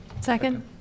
Second